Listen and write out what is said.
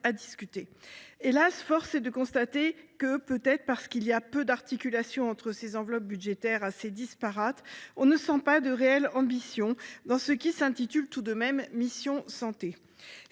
discutés. Or force est de constater que, peut être parce qu’il y a peu d’articulations entre ces enveloppes budgétaires disparates, on ne perçoit pas de réelle ambition dans ce qui s’intitule tout de même la mission « Santé »